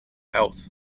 health